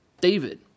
David